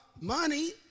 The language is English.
money